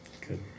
good